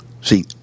See